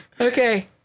Okay